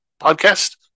podcast